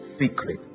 secret